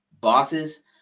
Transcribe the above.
bosses